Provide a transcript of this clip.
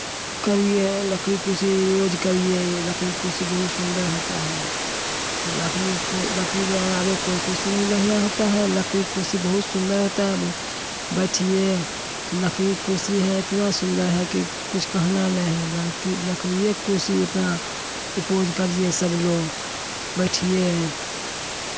करिए लकड़ी का कुर्सी यूज़ करिए लकड़ी का कुर्सी बहुत सुंदर होता है लकड़ी का लकड़ी के अलावे कोई कुर्सी नहीं बढ़ियाँ होता है लकड़ी की कुर्सी बहुत सुंदर होता है बैठिए लकड़ी का कुर्सी है इतना सुंदर है कि कुछ कहना नहीं है लड़की लकड़ी लकड़ीए का कुर्सी अपना प्रयोग करिए सब लोग बैठिए